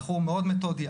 אני בחור מאוד מתודי.